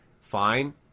fine